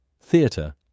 theatre